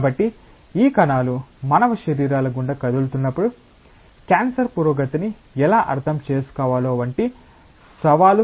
కాబట్టి ఈ కణాలు మానవ శరీరాల గుండా కదులుతున్నప్పుడు క్యాన్సర్ పురోగతిని ఎలా అర్థం చేసుకోవాలో వంటి సవాలు సమస్య గురించి ఆలోచిద్దాం